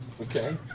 Okay